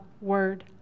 Word